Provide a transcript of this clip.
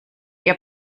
ihr